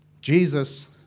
Jesus